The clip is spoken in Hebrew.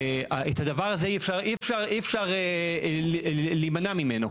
את הדבר הזה אי אפשר להימנע ממנו,